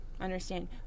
understand